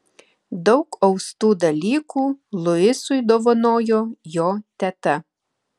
daug austų dalykų luisui dovanojo jo teta